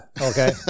okay